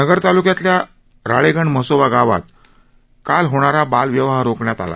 नगर तालुक्यातल्या राळेगण म्हसोबा गावात काल होणारा बालविवाह रोखण्यात आला